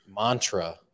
mantra